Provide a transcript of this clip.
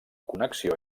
connexió